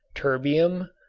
terbium,